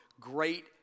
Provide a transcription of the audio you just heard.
great